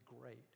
great